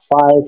five